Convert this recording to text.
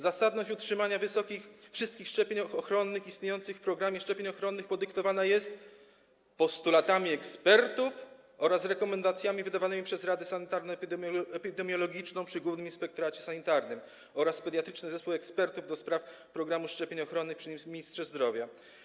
Zasadność utrzymania wszystkich szczepień ochronnych istniejących w programie szczepień ochronnych podyktowana jest postulatami ekspertów oraz rekomendacjami wydawanymi przez Radę Sanitario-Epidemiologiczną przy Głównym Inspektoracie Sanitarnym oraz Pediatryczny Zespół Ekspertów ds. Programu Szczepień Ochronnych przy Ministrze Zdrowia.